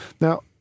now